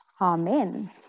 Amen